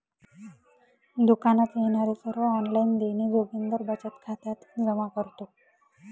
दुकानात येणारे सर्व ऑनलाइन देणी जोगिंदर बचत खात्यात जमा करतो